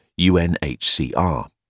UNHCR